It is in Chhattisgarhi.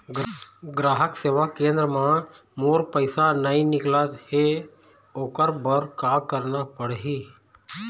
ग्राहक सेवा केंद्र म मोर पैसा नई निकलत हे, ओकर बर का करना पढ़हि?